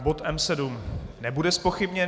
Bod M7 nebude zpochybněn.